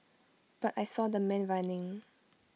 but I saw the man running